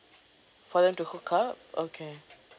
for them to hook up okay